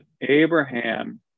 Abraham